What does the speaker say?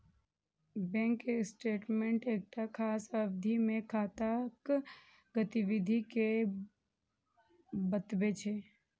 bank statement एकटा खास अवधि मे खाताक गतिविधि कें बतबै छै